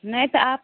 नहि तऽ आब